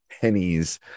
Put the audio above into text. pennies